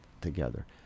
together